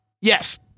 Yes